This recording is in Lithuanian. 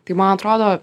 tai man atrodo